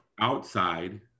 outside